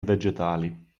vegetali